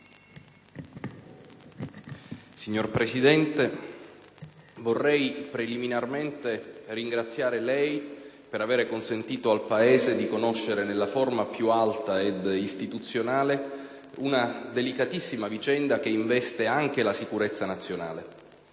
Signor Presidente, vorrei preliminarmente ringraziarla per aver consentito al Paese di conoscere, nella forma più alta ed istituzionale, una delicatissima vicenda che investe anche la sicurezza nazionale.